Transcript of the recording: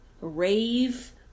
rave